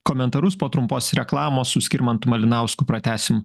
komentarus po trumpos reklamos su skirmantu malinausku pratęsim